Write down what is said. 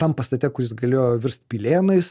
tam pastate kuris galėjo virst pilėnais